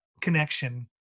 connection